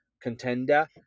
contender